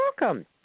welcome